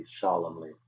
solemnly